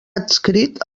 adscrit